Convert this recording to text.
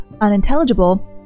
unintelligible